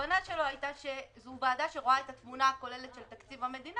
הכוונה שלו היתה שזו וועדה שרואה את התמונה הכוללת של תקציב המדינה